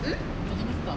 mm